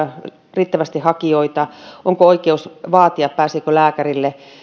riittävästi hakijoita onko oikeus vaatia pääseekö lääkärille